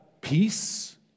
peace